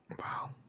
Wow